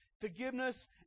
forgiveness